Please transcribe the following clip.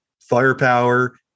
firepower